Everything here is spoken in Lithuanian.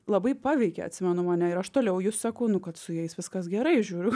labai paveikė atsimenu mane ir aš toliau jus seku nu kad su jais viskas gerai žiūriu